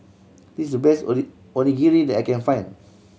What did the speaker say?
this the best Onigiri that I can find